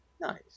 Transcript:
Nice